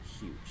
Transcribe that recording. huge